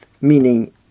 meaning